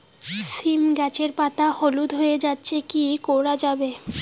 সীম গাছের পাতা হলুদ হয়ে যাচ্ছে কি করা যাবে?